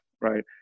right